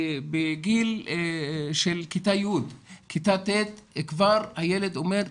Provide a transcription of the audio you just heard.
בגיל של כיתה י', כיתה ט', כבר הילד אומר,